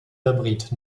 abrite